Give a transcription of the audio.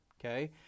okay